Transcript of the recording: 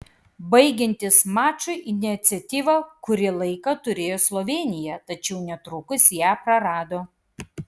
baigiantis mačui iniciatyvą kuri laiką turėjo slovėnija tačiau netrukus ją prarado